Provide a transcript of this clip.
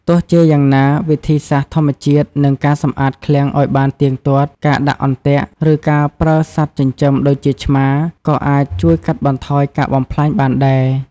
ទោះជាយ៉ាងណា វិធីសាស្ត្រធម្មជាតិ និងការសម្អាតឃ្លាំងឲ្យបានទៀងទាត់ ការដាក់អន្ទាក់ ឬការប្រើសត្វចិញ្ចឹមដូចជាឆ្មា ក៏អាចជួយកាត់បន្ថយការបំផ្លាញបានដែរ។